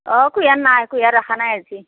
অ' কুঁহিয়াৰ নাই কুঁহিয়াৰ ৰখা নাই আজি